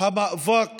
המאבק